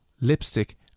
lipstick